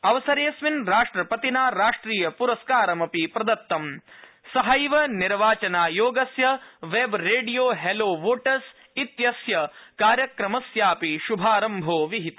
अवसरेऽस्मिन् राष्ट्रपतिना राष्ट्रिय प्रस्कारमपि प्रदत्तं सहैव निर्वाचनायोगस्य वक्व रडियो हैलो वोटर्स इत्यस्य कार्यक्रमस्यापि शुभारम्भो विहित